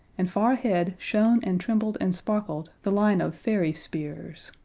and far ahead shone and trembled and sparkled the line of fairy spears.